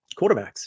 quarterbacks